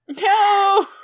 No